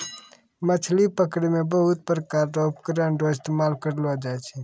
मछली पकड़ै मे बहुत प्रकार रो उपकरण रो इस्तेमाल करलो जाय छै